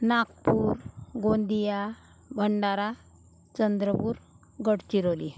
Nagpur Gondia Bhandara Chandrapur Gadchiroli